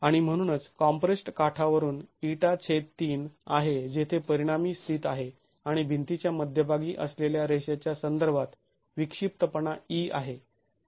आणि म्हणूनच कॉम्प्रेस्ड् काठावरून η3 आहे जेथे परिणामी स्थित आहे आणि भिंतीच्या मध्यभागी असलेल्या रेषेच्या संदर्भात विक्षिप्तपणा e आहे